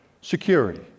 Security